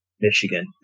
Michigan